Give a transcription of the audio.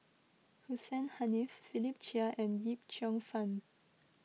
Hussein Haniff Philip Chia and Yip Cheong Fun